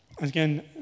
Again